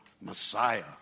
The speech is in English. Messiah